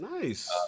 Nice